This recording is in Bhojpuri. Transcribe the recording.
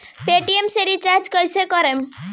पेटियेम से रिचार्ज कईसे करम?